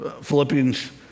Philippians